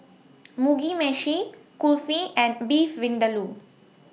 Mugi Meshi Kulfi and Beef Vindaloo